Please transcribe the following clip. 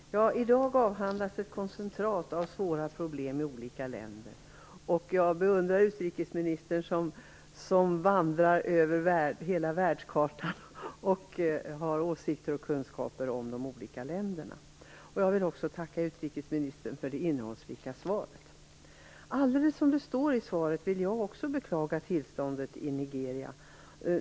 Fru talman! I dag avhandlas ett koncentrat av svåra problem i olika länder. Jag beundrar utrikesministern som vandrar över hela världskartan och har åsikter och kunskaper om de olika länderna. Jag vill också tacka utrikesministern för det innehållsrika svaret. Jag vill, liksom utrikesministern gör i svaret, beklaga tillståndet i Nigeria.